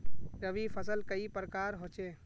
रवि फसल कई प्रकार होचे?